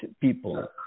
people